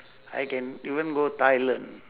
I can even go thailand